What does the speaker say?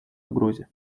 угрозе